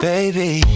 Baby